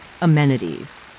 amenities